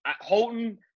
Holton